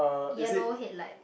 yellow headlight